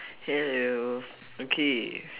hello okay